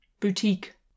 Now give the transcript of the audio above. boutique